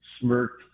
smirked